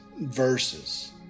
verses